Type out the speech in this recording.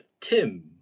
Tim